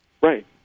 Right